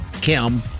Kim